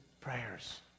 prayers